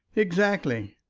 exactly.